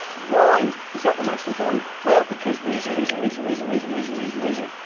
why is that the most important? well, because reason, reason, reason, reason, reason, reason, reason, reason,